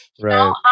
Right